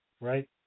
right